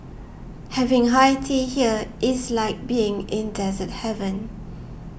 having high tea here is like being in dessert heaven